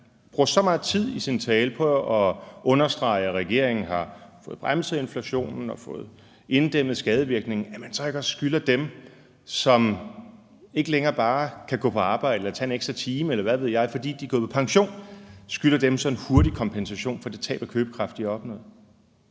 bruger så meget tid i sin tale på at understrege, at regeringen har fået bremset inflationen og fået inddæmmet skadevirkningen, at man så også skylder dem, som ikke længere bare kan gå på arbejde eller tage en ekstra time, eller hvad ved jeg, fordi de er gået på pension, en hurtig kompensation for det tab af købekraft, de har opnået